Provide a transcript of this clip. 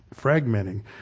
fragmenting